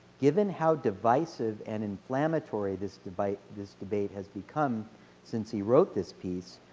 given how devices and inflammatory this debate this debate has become since he wrote this piece,